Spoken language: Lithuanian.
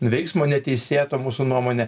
veiksmo neteisėto mūsų nuomone